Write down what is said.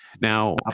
now